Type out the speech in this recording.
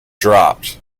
dropped